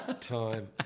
time